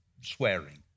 swearing